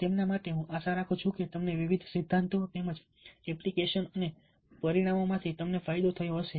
અને હું આશા રાખું છું કે તમને વિવિધ સિદ્ધાંતો તેમજ એપ્લીકેશન અને પરિમાણોમાંથી તમને ફાયદો થયો હશે